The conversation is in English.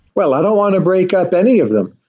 well, i don't want to break up any of them.